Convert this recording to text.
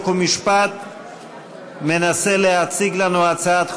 חוק ומשפט מנסה להציג לנו הצעת חוק.